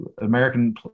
American